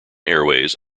airways